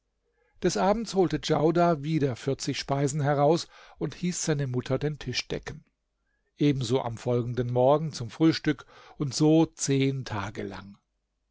des abends holte djaudar wieder vierzig speisen heraus und hieß seine mutter den tisch decken ebenso am folgenden morgen zum frühstück und so zehn tage lang